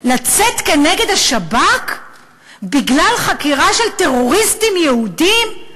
לצאת כנגד השב"כ בגלל חקירה של טרוריסטים יהודים?